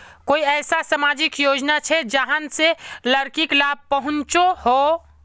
कोई ऐसा सामाजिक योजना छे जाहां से लड़किक लाभ पहुँचो हो?